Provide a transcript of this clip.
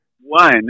One